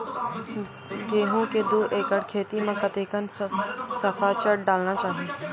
गेहूं के दू एकड़ खेती म कतेकन सफाचट डालना चाहि?